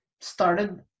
started